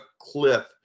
cliff